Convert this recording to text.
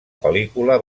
pel·lícula